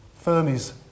Fermi's